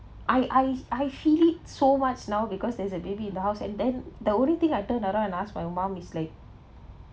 I I I hate it so much now because there's a baby in the house and then the only thing I turn around and ask my mum is like